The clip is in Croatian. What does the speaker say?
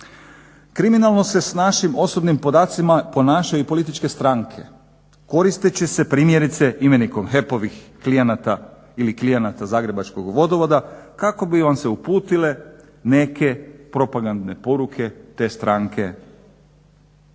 Kriminalno se s našim osobnim podacima ponašaju i političke stranke, koristeći se primjerice imenikom HEP-ovih klijenata ili klijenata Zagrebačkog vodovoda, kako bi vam se uputile neke propagandne poruke te stranke,